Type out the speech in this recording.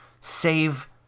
save